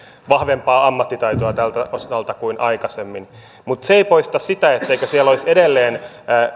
vahvempaa ammattitaitoa tältä osalta kuin aikaisemmin mutta se ei poista sitä etteikö siellä olisi edelleen